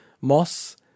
Moss